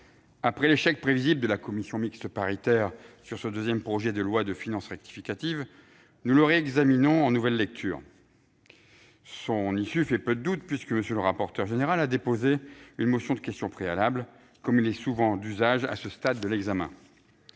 après l'échec prévisible de la commission mixte paritaire, nous réexaminons ce deuxième projet de loi de finances rectificative en nouvelle lecture. Son issue fait peu de doute, puisque M. le rapporteur général a déposé une motion tendant à opposer la question préalable, comme il est souvent d'usage à ce stade de l'examen